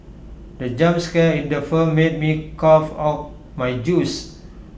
the jump scare in the firm made me cough out my juice